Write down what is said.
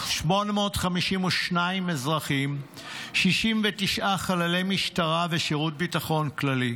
852 אזרחים, 69 חללי המשטרה ושירות הביטחון כללי.